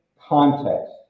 context